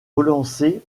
relancée